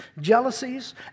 jealousies